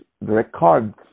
records